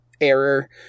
error